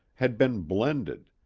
had been blended,